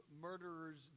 murderers